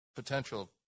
potential